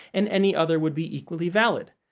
and any other would be equally valid.